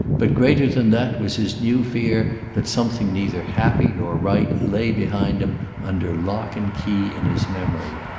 but greater than that was his new fear that something neither happy nor right lay behind him under lock and key in his memory.